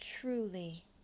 truly